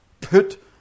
put